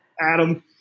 Adam